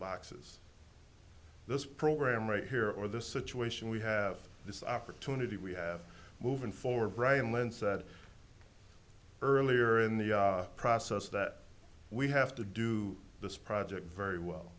boxes this program right here or the situation we have this opportunity we have moving forward brian lynn said earlier in the process that we have to do this project very well